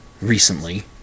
recently